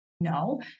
no